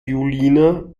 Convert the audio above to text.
julina